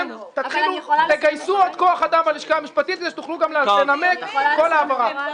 אתם תגייסו עוד כוח אדם בלשכה המשפטית כדי שתוכלו לנמק כל העברה.